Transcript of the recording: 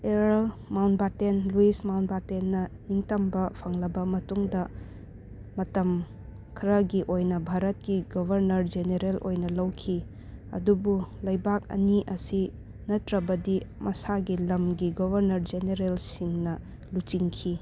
earl Mountbatten Louis ꯃꯥꯎꯟꯕꯥꯇꯦꯜꯅ ꯅꯤꯡꯇꯝꯕ ꯐꯪꯂꯕ ꯃꯇꯨꯡꯗ ꯃꯇꯝ ꯈꯔꯒꯤ ꯑꯣꯏꯅ ꯚꯥꯔꯠꯀꯤ ꯒꯣꯕꯔꯅꯔ ꯖꯦꯅꯔꯦꯜ ꯑꯣꯏꯅ ꯂꯧꯈꯤ ꯑꯗꯨꯕꯨ ꯂꯩꯕꯥꯛ ꯑꯅꯤ ꯑꯁꯤ ꯅꯠꯇ꯭ꯔꯕꯗꯤ ꯃꯁꯥꯒꯤ ꯂꯝꯒꯤ ꯒꯣꯕꯔꯅꯔ ꯖꯦꯅꯔꯦꯜꯁꯤꯡꯅ ꯂꯨꯆꯤꯡꯈꯤ